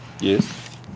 Yes